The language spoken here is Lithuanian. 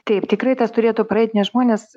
taip tikrai tas turėtų praeit nes žmonės